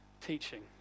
teaching